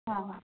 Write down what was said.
ᱚᱻ